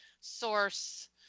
source